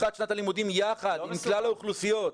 לפתיחת שנת הלימודים עם כלל האוכלוסיות.